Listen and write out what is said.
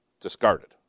discarded